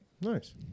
Nice